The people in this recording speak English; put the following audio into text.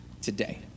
Today